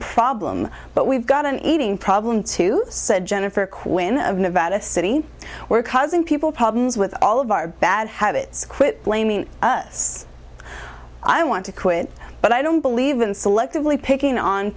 problem but we've got an eating problem too said jennifer quinn of nevada city we're causing people problems with all of our bad habits quit blaming us i want to quit but i don't believe in selectively picking on